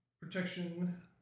Protection